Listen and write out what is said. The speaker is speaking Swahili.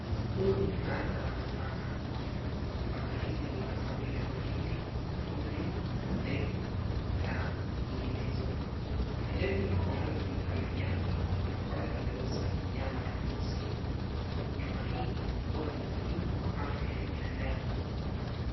Huu ni mnada wa nafaka. Nafaka hizi ni kama vile: mahindi, pojo, ndengu na nyinginezo. Vilevile kunalo duka la nyama ambayo inauza nyama ya mbuzi. Nyama hii huwa ni muhimu kwa afya ya binadamu.